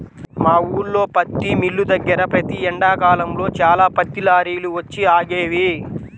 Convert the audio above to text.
మా ఊల్లో పత్తి మిల్లు దగ్గర ప్రతి ఎండాకాలంలో చాలా పత్తి లారీలు వచ్చి ఆగేవి